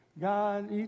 God